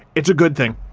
it's a good thing.